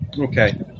Okay